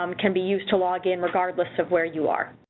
um can be used to log in regardless of where you are.